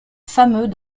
fameux